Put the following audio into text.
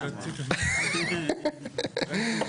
הצבעה בעד 3 נגד 4 ההסתייגויות לא התקבלו.